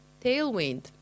Tailwind